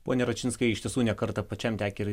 pone račinskai iš tiesų ne kartą pačiam tekę